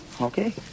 okay